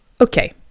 Okay